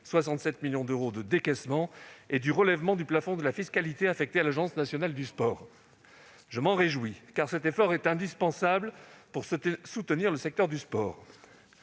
67 millions d'euros de décaissements, et du relèvement du plafond de la fiscalité affectée à l'Agence nationale du sport. Je m'en réjouis, car cet effort est indispensable pour soutenir le secteur du sport.